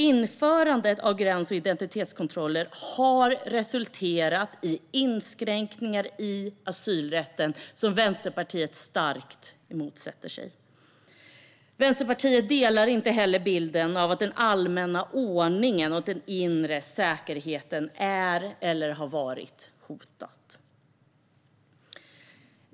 Införandet av gräns och identitetskontroller har resulterat i inskränkningar i asylrätten som Vänsterpartiet starkt motsätter sig. Vänsterpartiet delar inte heller bilden av att den allmänna ordningen och den inre säkerheten är eller har varit hotade.